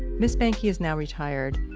miss banky is now retired.